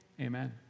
Amen